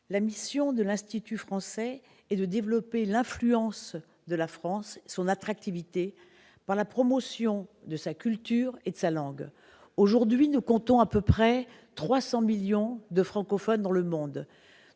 La mission de l'Institut français est de développer l'influence et l'attractivité de la France par la promotion de sa culture et de sa langue. Aujourd'hui, nous comptons à peu près 300 millions de francophones dans le monde.